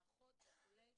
והאחות וכו',